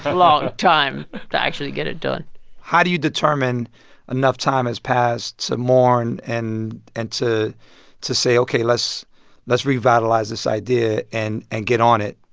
long time to actually get it done how do you determine enough time has passed to mourn and and to to say, ok, let's let's revitalize this idea and and get on it?